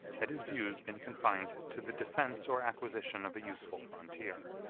had his views been confined to the defence or acquisition of a useful frontier.